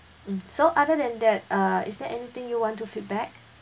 mm so other than that uh is there anything you want to feedback